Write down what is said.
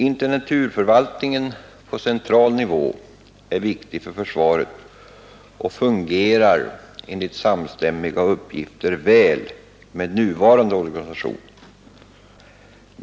Intendenturförvaltningen på central nivå är viktig för försvaret och fungerar enligt samstämmiga uppgifter väl med nuvarande organisation.